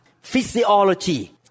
physiology